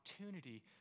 opportunity